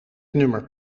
nummer